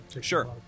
Sure